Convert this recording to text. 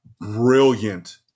brilliant